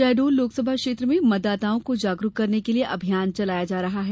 शहडोल लोकसभा क्षेत्र में मतदाताओं को जागरुक करने के लिए अभियान चलाया जा रहा है